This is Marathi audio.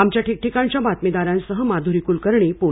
आमच्या ठिकठिकाणच्या बातमीदारांसह माधुरी कुलकर्णी पुणे